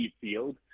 field